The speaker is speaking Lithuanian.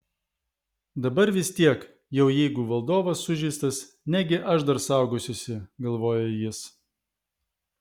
dabar vis tiek jau jeigu valdovas sužeistas negi aš dar saugosiuosi galvojo jis